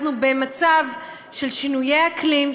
אנחנו במצב של שינויי אקלים,